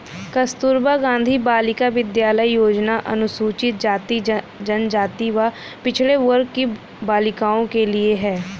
कस्तूरबा गांधी बालिका विद्यालय योजना अनुसूचित जाति, जनजाति व पिछड़े वर्ग की बालिकाओं के लिए है